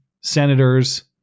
senators